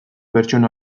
pertsona